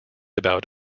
about